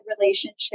relationship